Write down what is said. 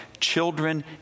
children